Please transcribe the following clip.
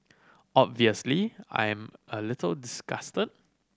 obviously I am a little disgusted